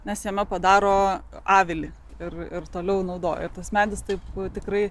nes jame padaro avilį ir toliau naudoja ir tas medis taip tikrai